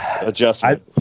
adjustment